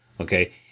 Okay